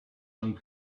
young